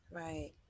Right